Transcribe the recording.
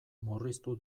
murriztu